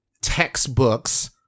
textbooks